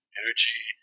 energy